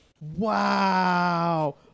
wow